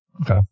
Okay